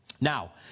Now